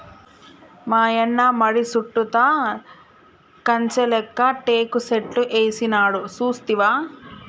మాయన్న మడి సుట్టుతా కంచె లేక్క టేకు సెట్లు ఏసినాడు సూస్తివా